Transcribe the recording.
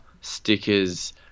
stickers